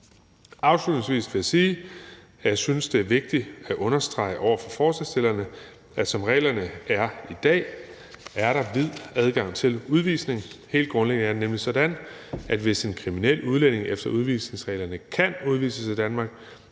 Afslutningsvis vil jeg sige, at jeg synes, det er vigtigt at understrege over for forslagsstillerne, at der, som reglerne er i dag, er vid adgang til udvisning. Helt grundlæggende er det nemlig sådan, at hvis en kriminel udlænding efter udvisningsreglerne kan udvises af Danmark,